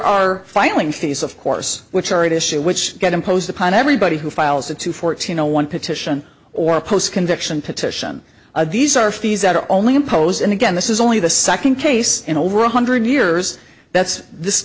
are filing fees of course which are at issue which get imposed upon everybody who files a two fourteen zero one petition or post conviction petition these are fees that are only imposed and again this is only the second case in over one hundred years that's this